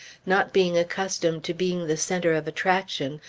not being accustomed to being the centre of attraction,